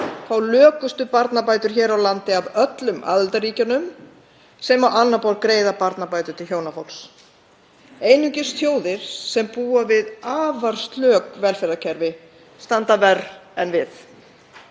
fá lökustu barnabætur hér á landi af öllum aðildarríkjunum sem á annað borð greiða barnabætur til hjónafólks. Einungis þjóðir sem búa við afar slök velferðarkerfi standa verr en við.